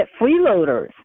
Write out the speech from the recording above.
freeloaders